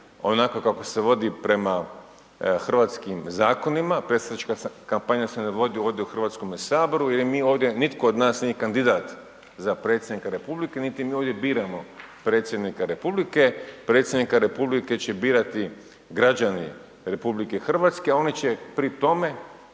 onako kako se vodi prema hrvatskim zakonima, predsjednička kampanja se ne vodi ovdje u Hrvatskome saboru jer ovdje nitko od nas nije kandidat za predsjednika Republike niti mi ovdje biramo predsjednika Republike. Predsjednika Republike će birati građani RH, a oni će pri tome